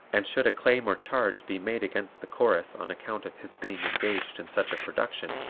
and should a claim or charge be made against the chorus on account of his being engaged in such a production,